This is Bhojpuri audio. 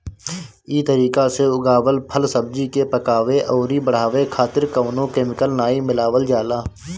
इ तरीका से उगावल फल, सब्जी के पकावे अउरी बढ़ावे खातिर कवनो केमिकल नाइ मिलावल जाला